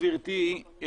גברתי,